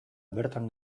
bertan